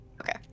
Okay